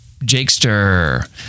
Jakester